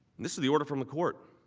this is the order from the court.